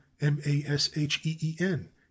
m-a-s-h-e-e-n